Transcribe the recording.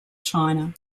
china